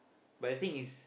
but the thing is